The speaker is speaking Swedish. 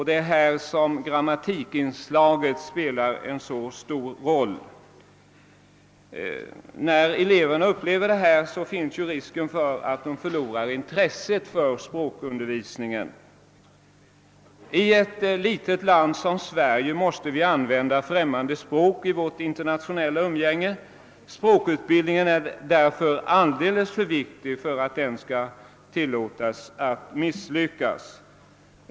Det är här som grammatikinslaget spelar en stor roll. När eleverna upplever detta finns det risk att de förlorar intresset för språkundervisningen. I ett litet land som Sverige måste vi använda främmande språk i vårt internationella umgänge. Språkutbildningen är därför alldeles för viktig för att den skall tillåtas att misslyckas.